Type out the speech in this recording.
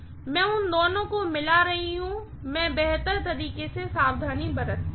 मैं दोनों को मिला रही हूँ मैं बेहतर तरीके से सावधानी बरतती हूं